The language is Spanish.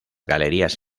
galerías